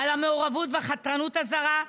על המעורבות והחתרנות הזרה,